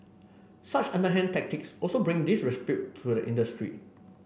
such underhand tactics also bring disrepute to the industry